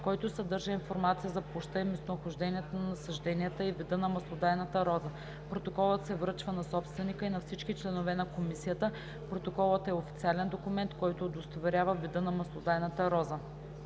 който съдържа информация за площта и местонахождението на насажденията и вида на маслодайната роза. Протоколът се връчва на собственика и на всички членове на комисията. Протоколът е официален документ, който удостоверява вида на маслодайната роза.